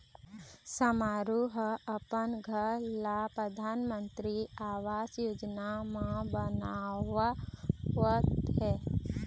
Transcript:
समारू ह अपन घर ल परधानमंतरी आवास योजना म बनवावत हे